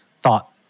thought